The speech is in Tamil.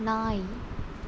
நாய்